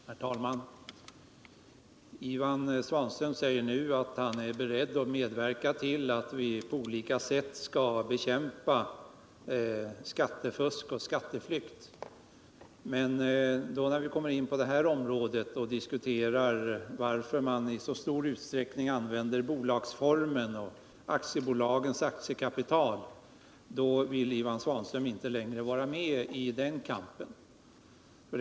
Herr talman! Ivan Svanström säger nu att han är beredd att medverka till att skattefusk och skatteflykt på olika sätt skall bekämpas. Men när vi kommer in på en diskussion om varför aktiebolagsformen i så stor utsträckning kommer till användning vill Ivan Svanström inte längre bidra till dessa strävanden.